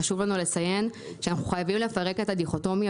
חשוב לנו לציין שאנחנו חייבים לפרק את הדיכוטומיה